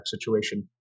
situation